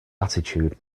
attitude